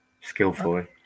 skillfully